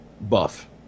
buff